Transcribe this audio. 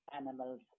animals